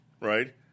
right